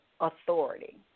authority